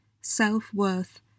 self-worth